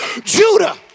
judah